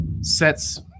sets